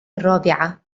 الرابعة